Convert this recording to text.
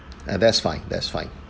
uh that's fine that's fine